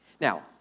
Now